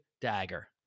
Dagger